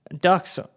ducks